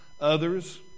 others